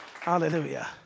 Hallelujah